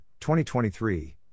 2023